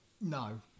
No